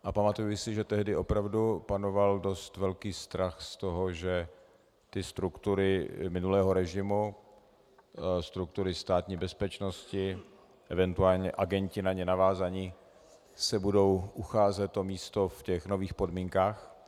A pamatuji si, že tehdy opravdu panoval dost velký strach z toho, že ty struktury minulého režimu, struktury Státní bezpečnosti, eventuálně agenti na ně navázaní, se budou ucházet o místo v těch nových podmínkách.